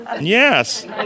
Yes